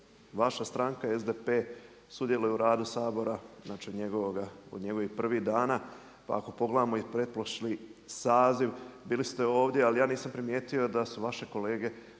vaša stranka SDP sudjeluje u radu Sabora, znači od njegovih prvih dana, pa ako pogledamo i pretprošli saziv bili ste ovdje ali ja nisam primijetio da su vaše kolege